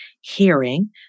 hearing